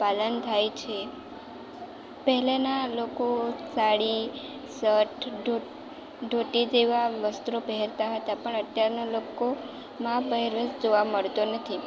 પાલન થાય છે પહેલાંના લોકો સાડી શર્ટ ધોત ધોતી જેવા વસ્ત્રો પહેરતા હતા પણ અત્યારના લોકોમાં આ પહેરવેશ જોવા મળતો નથી